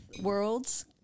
worlds